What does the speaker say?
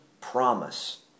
promise